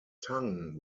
tang